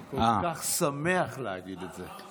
אני כל כך שמח להגיד את זה.